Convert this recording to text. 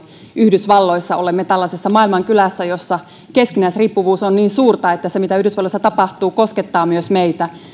yhdysvalloissa olemme tällaisessa maailmankylässä jossa keskinäisriippuvuus on niin suurta että se mitä yhdysvalloissa tapahtuu koskettaa myös meitä